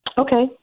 Okay